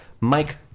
Mike